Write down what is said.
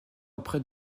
auprès